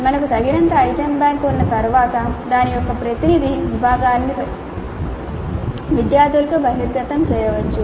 మనకు తగినంత item bank ఉన్న తర్వాత దాని యొక్క ప్రతినిధి విభాగాన్ని విద్యార్థులకు బహిర్గతం చేయవచ్చు